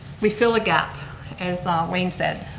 we fill a gap as wayne said.